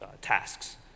tasks